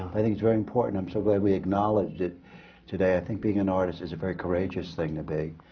i think it's very important. i'm so glad we acknowledged it today. i think being an artist is a very courageous thing to be.